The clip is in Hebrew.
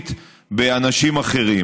פיזית באנשים אחרים.